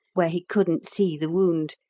where he couldn't see the wound.